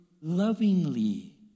lovingly